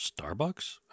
Starbucks